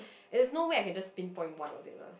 there's no way I can just pinpoint one of it lah